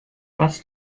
was